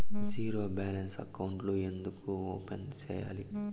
zero balance అకౌంట్లు ఎందుకు open సేయాలి